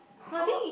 oh